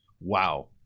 Wow